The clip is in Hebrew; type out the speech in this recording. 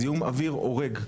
זיהום אוויר הורג.